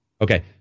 Okay